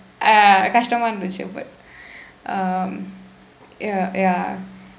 uh கஷ்டமா இருந்துச்சு:kashdamaa irundthuchsu but um ya ya